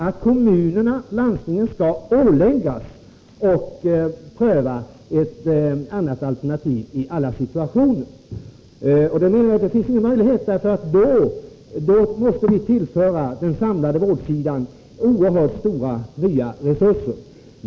Att kommuner och landsting skall pröva ett annat alternativ i alla situationer finns det inte någon möjlighet till. Då måste vi tillföra den samlade vårdsidan oerhört stora nya resurser.